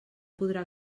podrà